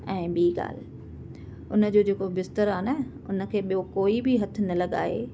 ऐं ॿी ॻाल्हि उन जो जेको बिस्तर आहे न उन खे ॿियो कोई बि हथु न लॻाए